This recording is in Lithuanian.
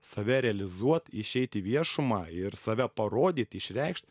save realizuot išeit į viešumą ir save parodyt išreikšt